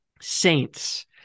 saints